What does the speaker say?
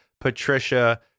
Patricia